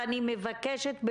ואני מבקשת,